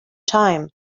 time